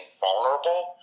vulnerable